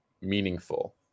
meaningful